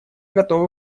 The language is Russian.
готова